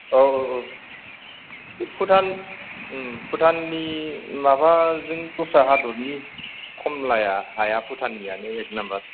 औ औ औ बे भुटान भुटाननि माबाजों दस्रा हादरनि कमलाया हाया भुटाननियानो एक नाम्बार